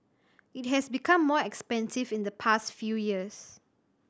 it has become more expensive in the past few years